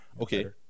Okay